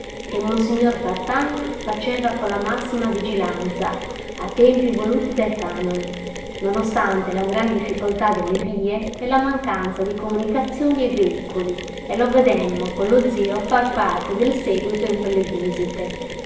che monsignor partanna faceva con la massima vigilanza a tempi voluti dai canoni non ostante la gran difficoltà delle vie e la mancanza di comunicazioni e di veicoli e lo vedemmo con lo zio far parte del seguito in quelle visite